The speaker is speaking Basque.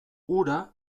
ura